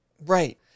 Right